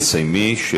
רק תסיימי.